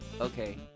Okay